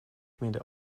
midden